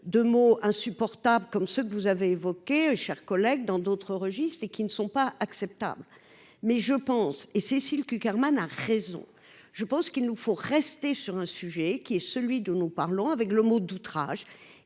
de mots insupportable comme ce que vous avez évoquée chers collègues dans d'autres registres, et qui ne sont pas acceptables, mais je pense, et Cécile Cukierman a raison, je pense qu'il nous faut rester sur un sujet qui est celui d'où nous parlons avec le mot d'outrage